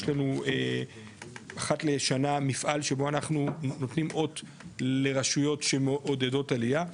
יש לנו אחת לשנה מפעל שבו אנחנו נותנים אות לרשויות שמעודדות עלייה.